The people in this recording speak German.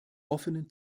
offenen